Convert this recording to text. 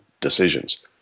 decisions